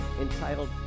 entitled